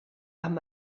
amb